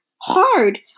Hard